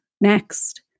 next